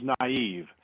naive